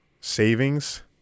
Savings